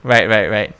right right right